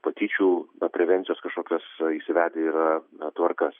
patyčių prevencijos kažkokias įsivedę yra tvarkas